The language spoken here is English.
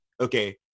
okay